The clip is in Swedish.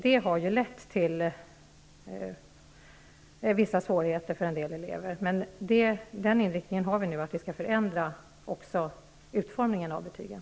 Det har lett till vissa svårigheter för en del elever. Vi har inställningen att vi skall förändra utformningen av betygen.